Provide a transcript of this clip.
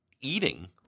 eating